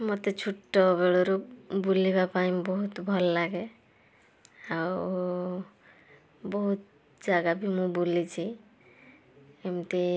ମତେ ଛୋଟ ବେଳରୁ ବୁଲିବା ପାଇଁ ବହୁତ ଭଲ ଲାଗେ ଆଉ ବହୁତ ଜାଗା ବି ମୁଁ ବୁଲିଛି ଏମିତି